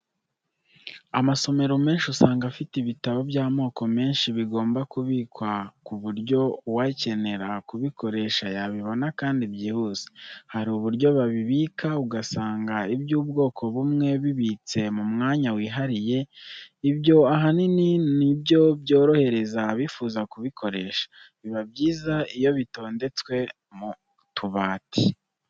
Amasomero menshi usanga afite ibitabo by'amoko menshi, bigomba kubikwa ku buryo uwakenera kubikoresha yabibona kandi byihuse. Hari uburyo babibika ugasanga iby'ubwoko bumwe bibitse mu mwanya wihariye. Ibyo ahanini ni byo byorohereza abifuza kubikoresha. Biba byiza iyo bitondetswe mu tubati.